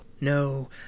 no